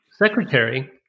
secretary